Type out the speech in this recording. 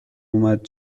اومد